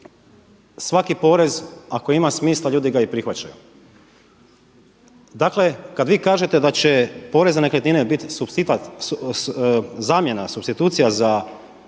svaki porez ako ima smisla ljudi ga i prihvaćaju. Dakle, kada vi kažete da će porez na nekretnine biti zamjena, supstitucija za